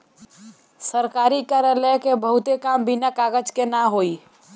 सरकारी कार्यालय क बहुते काम बिना कागज के ना होई